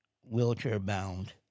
wheelchair-bound